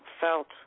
felt